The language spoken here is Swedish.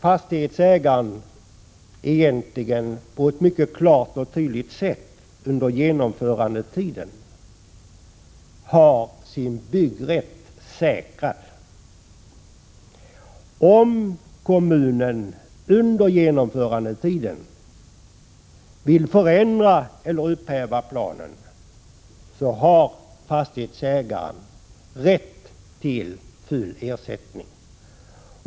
Fastighetsägaren får på ett mycket klart och tydligt sätt under genomförandetiden sin byggrätt säkrad. Om kommunen under genomförandetiden vill förändra eller upphäva planen, har fastighetsägaren rätt till full ersättning.